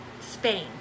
Spain